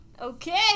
Okay